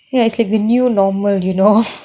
ya it's like the new normal you know